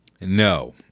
No